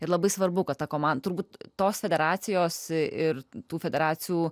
ir labai svarbu kad ta komanda turbūt tos federacijos ir tų federacijų